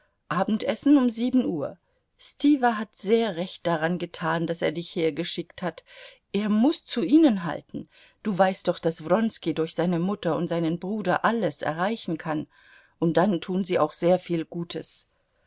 abendessen um sieben uhr stiwa hat sehr recht daran getan daß er dich hergeschickt hat er muß zu ihnen halten du weißt doch daß wronski durch seine mutter und seinen bruder alles erreichen kann und dann tun sie auch sehr viel gutes